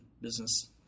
business